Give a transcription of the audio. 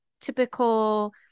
typical